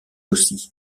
aussi